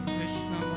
Krishna